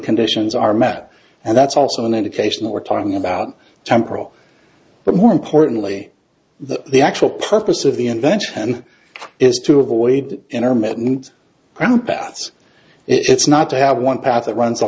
conditions are met and that's also an indication that we're talking about temporal but more importantly the actual purpose of the invention is to avoid intermittent ground paths it's not to have one path that runs